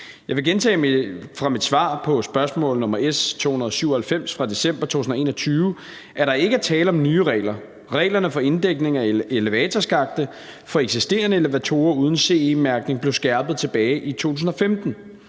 Jeg vil gentage fra mit svar på spørgsmål nr. S 297 fra december 2021, at der ikke er tale om nye regler. Reglerne for inddækning af elevatorskakte for eksisterende elevatorer uden CE-mærkning blev skærpet tilbage i 2015.